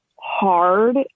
hard